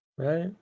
Right